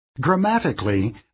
Grammatically